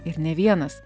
ir ne vienas